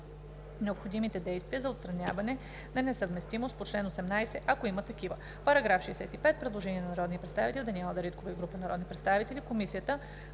необходимите действия за отстраняване на несъвместимост по чл. 18, ако има такава.“ По § 65 има предложение на народния представител